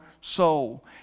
soul